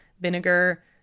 vinegar